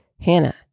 Hannah